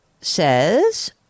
says